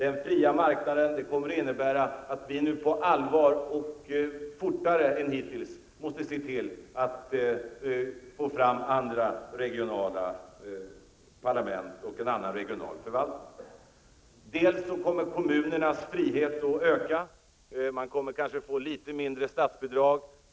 En fri marknad här kommer att innebära att vi på allvar, och fortare än som hittills har varit fallet, måste se till att vi får en annan typ av regionala parlament och en annan regional förvaltning. Kommunernas frihet kommer att öka. Man får kanske litet mindre statsbidrag.